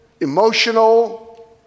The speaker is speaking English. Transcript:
emotional